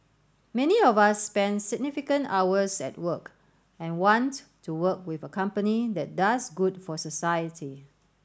many of us spend significant hours at work and want to work with a company that does good for society